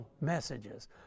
messages